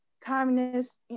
communist